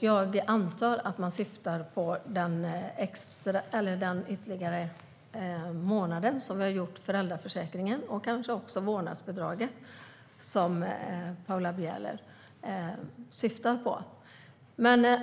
Jag antar att Paula Bieler syftar på den extra månaden som har införts i föräldraförsäkringen, kanske också frågan om vårdnadsbidraget.